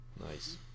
nice